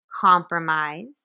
compromise